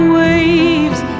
waves